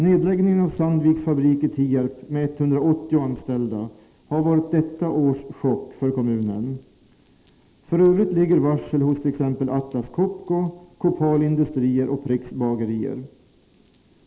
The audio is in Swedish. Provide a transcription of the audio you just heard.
Nedläggningen av Sandviks fabrik i Tierp med 180 anställda har varit detta års chock för kommunen. Vidare ligger varsel hos t.ex. Atlas Copco, Kopal Industrier och Pricks Bagerier.